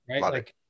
right